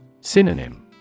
Synonym